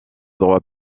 droit